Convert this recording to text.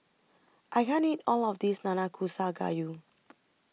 I can't eat All of This Nanakusa Gayu